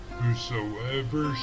whosoever